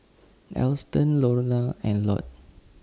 Alston Lorna and Lott